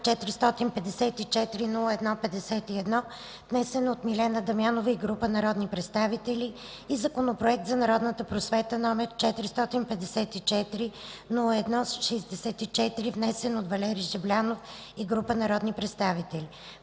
454-01-51, внесен от Милена Дамянова и група народни представители, и Законопроект за народната просвета, № 454-01-64, внесен от Валери Жаблянов и група народни представители